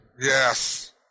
Yes